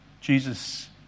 Jesus